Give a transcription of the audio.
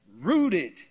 rooted